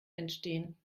entstehen